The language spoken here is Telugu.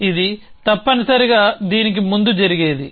ఇది తప్పనిసరిగా దీనికి ముందు జరిగేది